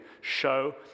show